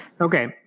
Okay